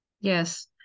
Yes